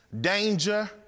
danger